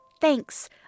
Thanks